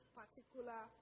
particular